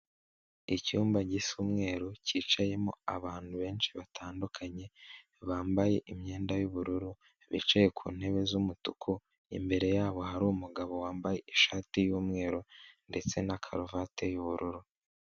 Icyumba gisa umweru cyicayemo abantu benshi batandukanye bambaye imyenda y'ubururu bicaye ku ntebe z'umutuku, imbere yabo hari umugabo wambaye ishati y'umweru ndetse na karuvati y'ubururu.